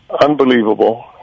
unbelievable